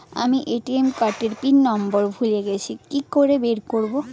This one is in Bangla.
আমি এ.টি.এম কার্ড এর পিন নম্বর ভুলে গেছি কি করে বের করব?